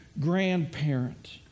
grandparent